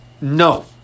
No